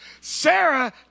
Sarah